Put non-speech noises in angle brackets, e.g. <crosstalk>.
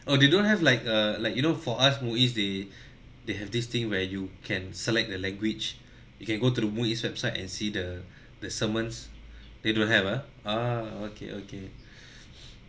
oh they don't have like a like you know for us MUIS they <breath> they have this thing where you can select the language you can go to the MUIS website and see the <breath> the sermons they don't have ah ah okay okay <breath>